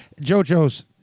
JoJo's